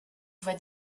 voie